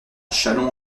châlons